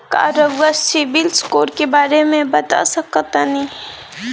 का रउआ सिबिल स्कोर के बारे में बता सकतानी?